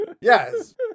Yes